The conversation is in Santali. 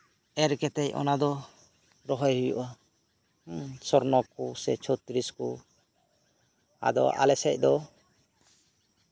ᱮᱨ ᱠᱟᱛᱮᱜ ᱫᱚ ᱨᱚᱦᱚᱭ ᱦᱩᱭᱩᱜᱼᱟ ᱥᱚᱨᱱᱚ ᱠᱚ ᱪᱷᱚᱛᱨᱤᱥ ᱠᱚ ᱟᱫᱚ ᱟᱞᱚ ᱥᱮᱫ ᱫᱚ